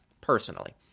personally